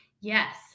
Yes